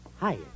Hi